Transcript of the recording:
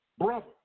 brother